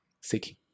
seeking